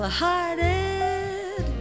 hearted